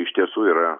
iš tiesų yra